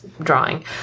drawing